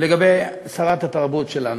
לגבי שרת התרבות שלנו,